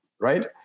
right